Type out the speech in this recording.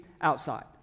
outside